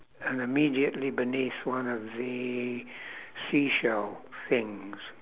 and immediately beneath one of the seashell things